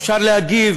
אפשר להגיב